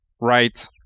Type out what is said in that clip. right